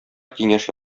киңәш